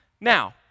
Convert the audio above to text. Now